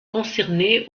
concerné